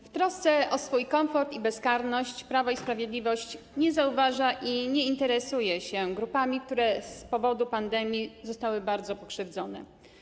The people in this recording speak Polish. W trosce o swój komfort i bezkarność Prawo i Sprawiedliwość nie zauważa, nie interesuje się grupami, które z powodu pandemii zostały bardzo pokrzywdzone.